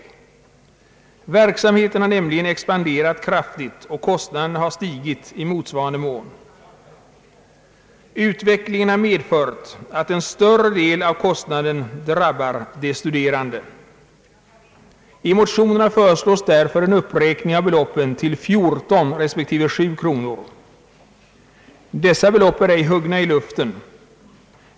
Verksamheten har nämligen expanderat kraftigt och kostnaden har stigit i motsvarande mån. Utvecklingen har medfört att en större del av kostnaden drabbar de studerande. I motionerna föreslås därför en uppräkning av beloppen till 14 respektive 7 kronor. Dessa belopp är ej gripna ur luften.